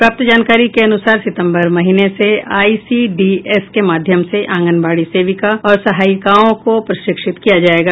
प्राप्त जानकारी के अनुसार सितम्बर महीने से आईसीडीएस के माध्यम से आंगनबाड़ी सेविका और सहायिकाओं को प्रशिक्षित किया जायेगा